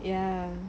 ya